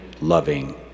loving